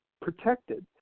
protected